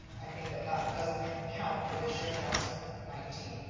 i think that that doesn't count for this year, that's nineteen.